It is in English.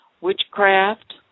Witchcraft